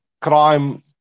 crime